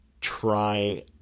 try